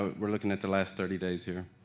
we're looking at the last thirty days here.